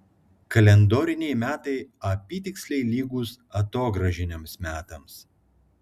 kalendoriniai metai apytiksliai lygūs atogrąžiniams metams